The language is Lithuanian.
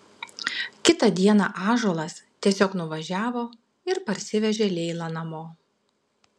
kitą dieną ąžuolas tiesiog nuvažiavo ir parsivežė leilą namo